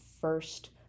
first